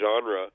genre